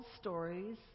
stories